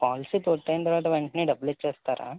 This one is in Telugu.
పాలసీ పూర్తి అయిన వెంటనే డబ్బులు ఇచ్చేస్తారా